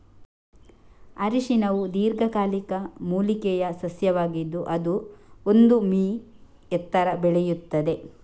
ಅರಿಶಿನವು ದೀರ್ಘಕಾಲಿಕ ಮೂಲಿಕೆಯ ಸಸ್ಯವಾಗಿದ್ದು ಅದು ಒಂದು ಮೀ ಎತ್ತರ ಬೆಳೆಯುತ್ತದೆ